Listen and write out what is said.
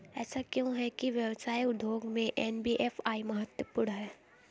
ऐसा क्यों है कि व्यवसाय उद्योग में एन.बी.एफ.आई महत्वपूर्ण है?